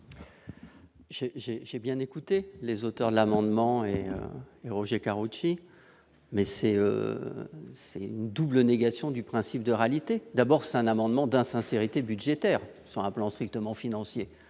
j'ai bien écouté les auteurs de l'amendement et Roger Karoutchi, mais c'est une double négation du principe de réalité, d'abord c'est un amendement d'insincérité budgétaire sur un plan strictement financier.